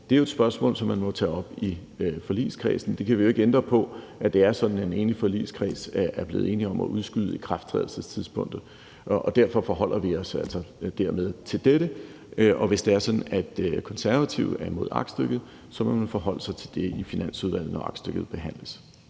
er et spørgsmål, som man må tage op i forligskredsen. Vi kan jo ikke ændre på, at det er sådan, at en forligskreds er blevet enige om at udskyde ikrafttrædelsestidspunktet. Derfor forholder vi os altså dermed til dette. Og hvis det er sådan, at Konservative er imod aktstykket, må man forholde sig til det i Finansudvalget, når aktstykket behandles.